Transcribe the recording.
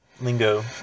lingo